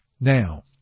Now